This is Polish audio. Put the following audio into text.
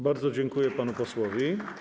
Bardzo dziękuję panu posłowi.